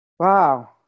Wow